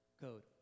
code